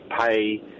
pay